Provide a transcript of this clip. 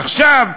עכשיו,